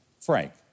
Frank